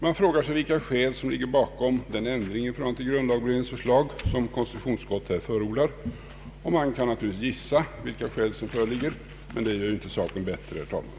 Man frågar sig vilka skäl som ligger bakom den ändring i förhållande till grundlagberedningens förslag som konstitutionsutskottet här förordar. Man kan naturligtvis gissa vilka skäl som föreligger, men det gör inte saken bättre, herr talman.